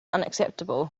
unacceptable